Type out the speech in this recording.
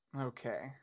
Okay